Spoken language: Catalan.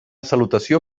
salutació